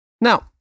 Now